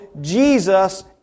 Jesus